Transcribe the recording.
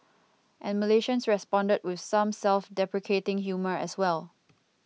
and Malaysians responded with some self deprecating humour as well